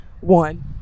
one